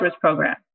program